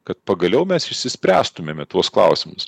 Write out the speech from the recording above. kad pagaliau mes išspręstumėme tuos klausimus